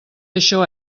això